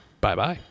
Bye-bye